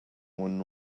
one